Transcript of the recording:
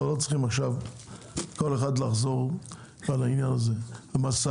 לא צריך לחזור על העניין של המשאיות.